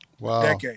Wow